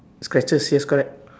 scratches yes correct